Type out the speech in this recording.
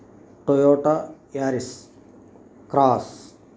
Toyota Yaris cross